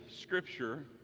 scripture